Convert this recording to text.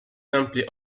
simply